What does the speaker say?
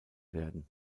werden